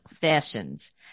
Fashions